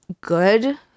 good